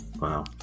Wow